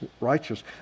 righteous